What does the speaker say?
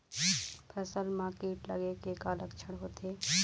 फसल म कीट लगे के का लक्षण होथे?